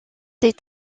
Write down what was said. est